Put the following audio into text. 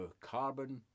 carbon